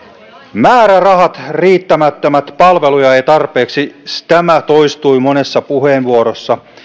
määrärahat riittämättömät palveluja ei tarpeeksi tämä toistui monessa puheenvuorossa